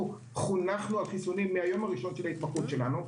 חונכנו על חיסונים מהיום הראשון של ההתמחות שלנו,